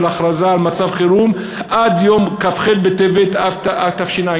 ההכרזה על מצב חירום עד יום כ"ח בטבת התשע"ד,